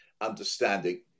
understanding